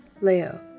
Leo